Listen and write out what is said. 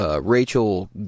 Rachel